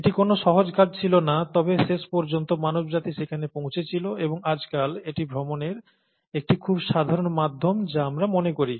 এটি কোনও সহজ কাজ ছিল না তবে শেষ পর্যন্ত মানবজাতি সেখানে পৌঁছেছিল এবং আজকাল এটি ভ্রমণের একটি খুব সাধারণ মাধ্যম যা আমরা মনে করি